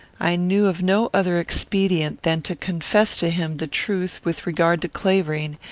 i knew of no other expedient than to confess to him the truth with regard to clavering,